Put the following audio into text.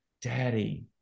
Daddy